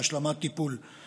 בהשלמת טיפול.